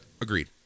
agreed